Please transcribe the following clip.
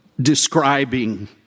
describing